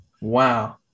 wow